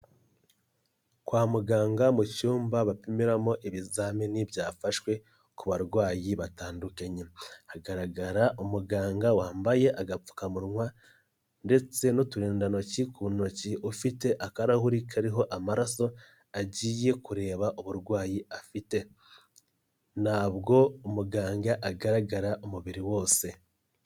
Kwa muganga mucyumba bapimiramo ibizamini byafashwe ku barwayi batandukanye, hagaragara umuganga wambaye agapfukamunwa ndetse n'uturindantoki ku ntoki ufite akarahuri kariho amaraso agiye kureba uburwayi afite, ntabwo umuganga agaragara umubiri wose.